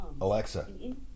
Alexa